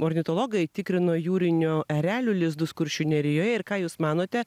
ornitologai tikrino jūrinių erelių lizdus kuršių nerijoje ir ką jūs manote